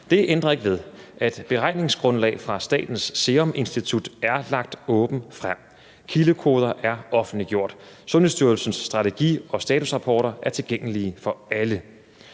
Det ændrer ikke ved, at beregningsgrundlag fra Statens Serum Institut er lagt åbent frem. Kildekoder er offentliggjort. Sundhedsstyrelsens strategi og statusrapporter er tilgængelige for alle.